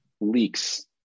leaks